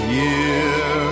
year